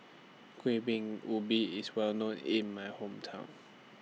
Kueh Bingka Ubi IS Well known in My Hometown